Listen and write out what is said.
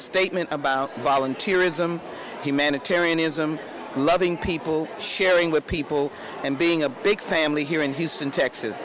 statement about volunteerism humanitarianism loving people sharing with people and being a big family here in houston texas